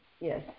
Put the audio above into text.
Yes